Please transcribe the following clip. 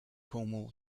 cornwall